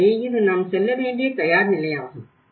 எனவே இது நாம் செல்ல வேண்டிய தயார் நிலையாகும்